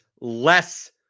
less